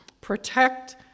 Protect